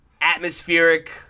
atmospheric